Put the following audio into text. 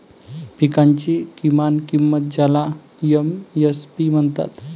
पिकांची किमान किंमत ज्याला एम.एस.पी म्हणतात